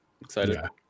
excited